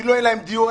כאילו אין להם דיור,